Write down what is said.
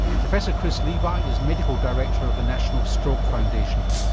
professor chris levi is medical director of the national stroke foundation.